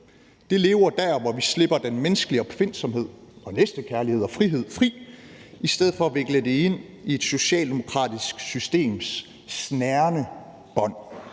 håbet lever der, hvor vi slipper den menneskelige opfindsomhed og næstekærlighed og frihed fri i stedet for at vikle det ind i et socialdemokratisk systems snærende bånd.